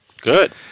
Good